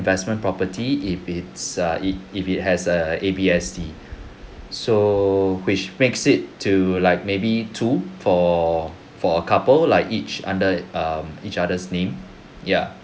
investment property if it's err it if it has a A_B_S_D so which makes it to like maybe two for for a couple like each under um each other's name ya